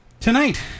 tonight